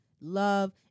love